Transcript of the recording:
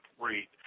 rate